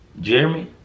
Jeremy